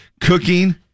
Cooking